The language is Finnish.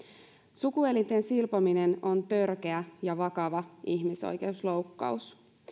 sukuelinten silpominen on törkeä ja vakava ihmisoikeusloukkaus